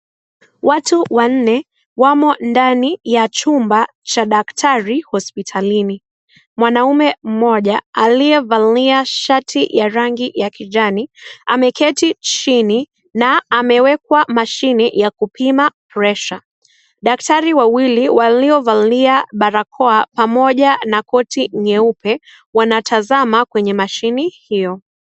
Watu wanne, wamo ndani ya chumba cha daktari hospitali. Mwanamume mmoja aliyevalia shati ya rangi ya kijani, ameketi chini na amewekwa mashine ya kupima presha. Daktari wawili waliovalia barakoa pamoja na koti nyeupe wanatazama kwenye mashine hiyo.